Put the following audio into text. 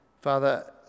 Father